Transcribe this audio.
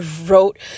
wrote